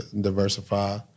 diversify